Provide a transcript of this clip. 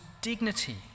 dignity